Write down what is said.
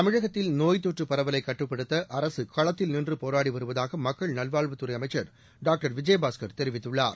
தமிழகத்தில் நோய் தொற்று பரவலை கட்டுப்படுத்த அரசு களத்தில் நின்று போராடி வருவதாக மக்கள் நல்வாழ்வுத்துறை அமைச்சர் டாக்டர் விஜயபாஸ்கர் தெரிவித்துள்ளார்